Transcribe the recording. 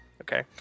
okay